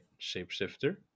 Shapeshifter